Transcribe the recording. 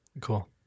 Cool